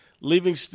leaving